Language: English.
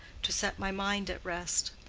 to set my mind at rest.